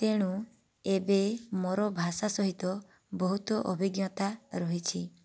ତେଣୁ ଏବେ ମୋର ଭାଷା ସହିତ ବହୁତ ଅଭିଜ୍ଞତା ରହିଛି